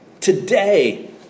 today